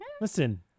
Listen